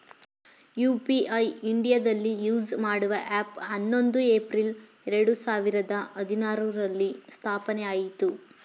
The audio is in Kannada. ಯು.ಪಿ.ಐ ಇಂಡಿಯಾದಲ್ಲಿ ಯೂಸ್ ಮಾಡುವ ಹ್ಯಾಪ್ ಹನ್ನೊಂದು ಏಪ್ರಿಲ್ ಎರಡು ಸಾವಿರದ ಹದಿನಾರುರಲ್ಲಿ ಸ್ಥಾಪನೆಆಯಿತು